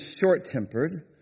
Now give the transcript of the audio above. short-tempered